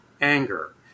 anger